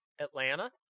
Atlanta